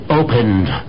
opened